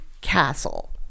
castle